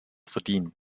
verdienen